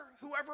whoever